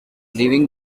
leaving